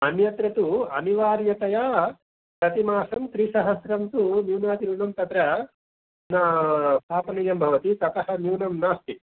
अन्यत्र तु अनिवार्यतया प्रतिमासं त्रिसहस्त्रं तु न्यूनातिन्यूनं तत्र न स्थापनीयं भवति ततः न्यूनं नास्ति